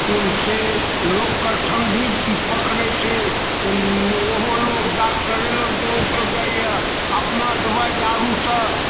से लोक कऽ ठंडी पकड़ैत छै ओहो लोग डॉक्टरे लग दौड़ि के जाइया अपना दवाइ दारूसँ